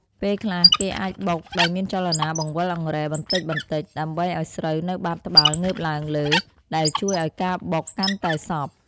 ពេលខ្លះ គេអាចបុកដោយមានចលនាបង្វិលអង្រែបន្តិចៗ ដើម្បីឱ្យស្រូវនៅបាតត្បាល់ងើបឡើងលើ ដែលជួយឱ្យការបុកកាន់តែសព្វ។